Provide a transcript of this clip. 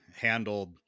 handled